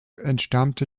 entstammte